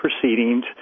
proceedings